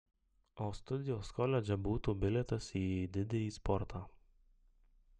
o studijos koledže būtų bilietas į didįjį sportą